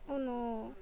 oh no